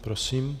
Prosím.